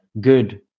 good